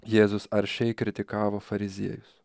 jėzus aršiai kritikavo fariziejus